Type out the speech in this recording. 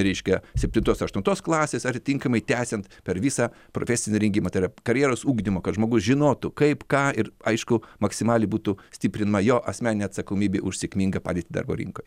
reiškia septintos aštuntos klasės ar tinkamai tęsiant per visą profesinį rengimą tai yra karjeros ugdymą kad žmogus žinotų kaip ką ir aišku maksimaliai būtų stiprinama jo asmeninė atsakomybė už sėkmingą padėtį darbo rinkoj